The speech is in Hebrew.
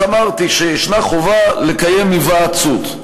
אז אמרתי שיש חובה לקיים היוועצות.